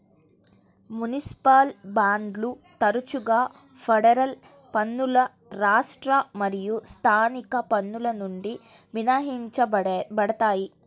municipal బాండ్లు తరచుగా federal పన్నులు రాష్ట్ర మరియు స్థానిక పన్నుల నుండి మినహాయించబడతాయి